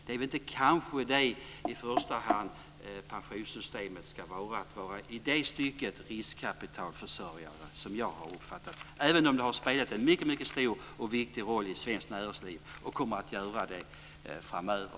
Det är väl inte i första hand riskkapitalförsörjare som pensionssystemet ska vara, även om det har spelat en mycket stor och viktig roll i svenskt näringsliv och kommer att göra det framöver.